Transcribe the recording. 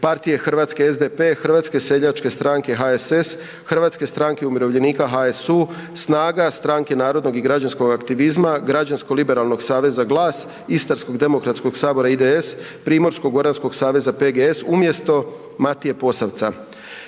partije Hrvatske, SDP, Hrvatske seljačke stranke, HSS, Hrvatske stranke umirovljenika, HSU, SNAGA, Stranke narodnog i građanskog aktivizma, Građansko-liberalnog aktivizma, GLAS, Istarsko demokratskog sabora, IDS, Primorsko-goranskog saveza, PGS umjesto Matije Posavca.